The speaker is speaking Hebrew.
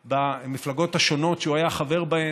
במפלגות השונות שהוא היה חבר בהן,